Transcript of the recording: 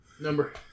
Number